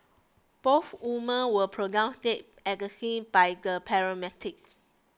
both woman were pronounced dead at the scene by paramedics